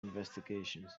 investigations